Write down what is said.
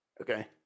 Okay